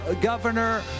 governor